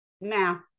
now